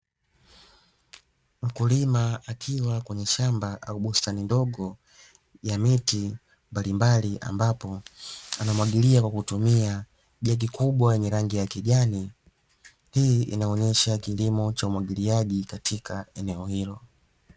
Mkulima akiwa kwenye shamba au bustani ndogo ya miti mbalimbali ambapo anamwagilia kwa kutumia jeki kubwa lenye rangi ya kijani. Hii inaonyesha kilimo cha umwagiliaji katika eneo hilo.